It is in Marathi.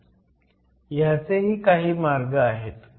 ह्याचेही काही मार्ग आहेत